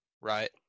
Right